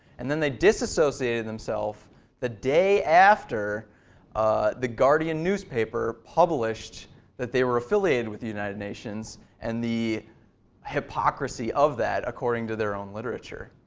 and then they disassociated themselves the day after the guardian newspaper published that they were affiliated with the united nations and the hypocrisy of that according to they're own literature.